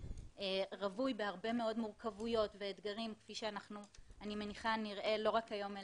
רוויי בהרבה מאוד מורכבות ואתגרים כפי שאני מניחה לא רק היום,